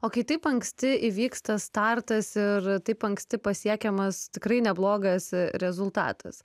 o kai taip anksti įvyksta startas ir taip anksti pasiekiamas tikrai neblogas rezultatas